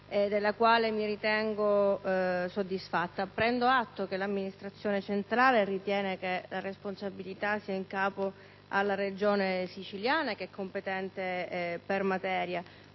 della quale mi ritengo soddisfatta. Prendo atto che l'amministrazione centrale ritiene che la responsabilità sia in capo alla Regione Siciliana, che è competente per materia.